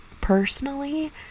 personally